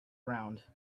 round